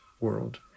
world